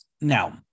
Now